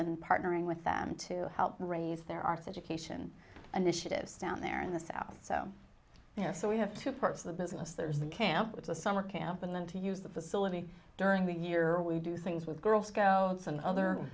and partnering with them to help raise their arts education initiatives down there in the south so you know so we have two parts of the business there's the camp which is a summer camp and then to use the facility during the year we do things with girl scouts and other